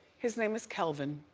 his name is kelvin.